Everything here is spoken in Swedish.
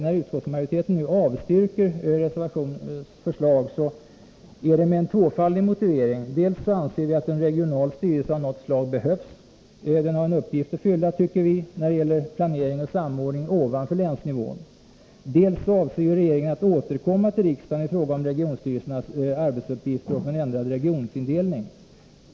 När utskottsmajoriteten nu avstyrker det förslaget är det med en tvåfaldig motivering. Dels anser vi att en regional styrelse av något slag behövs; den har en uppgift att fylla, tycker vi, när det gäller planering och samordning ovanför länsnivån. Dels avser regeringen att återkomma till riksdagen i frågan om regionstyrelsernas arbetsuppgifter och en ändrad regionindelning.